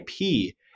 IP